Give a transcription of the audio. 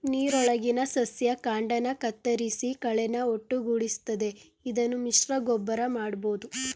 ನೀರೊಳಗಿನ ಸಸ್ಯ ಕಾಂಡನ ಕತ್ತರಿಸಿ ಕಳೆನ ಒಟ್ಟುಗೂಡಿಸ್ತದೆ ಇದನ್ನು ಮಿಶ್ರಗೊಬ್ಬರ ಮಾಡ್ಬೋದು